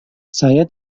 saya